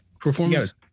performance